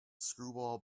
screwball